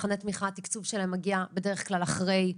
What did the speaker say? מבחני התמיכה, התקצוב שלהם מגיע בדרך כלל אחרי,